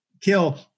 Kill